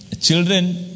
children